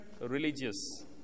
religious